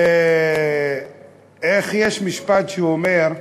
ואיך יש משפט שאומר: